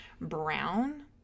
brown